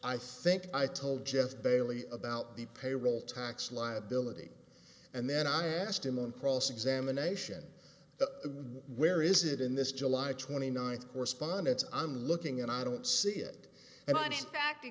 i think i told just barely about the payroll tax liability and then i asked him on cross examination where is it in this july twenty ninth correspondence i'm looking and i don't see it and